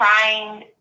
trying